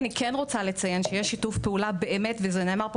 אני רוצה לציין שיש באמת שיתוף פעולה זה נאמר פה